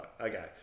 Okay